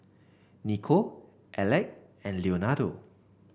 Nico Aleck and Leonardo